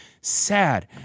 sad